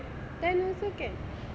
ten also can